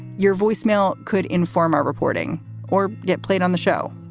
your voicemail could inform our reporting or get played on the show.